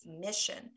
mission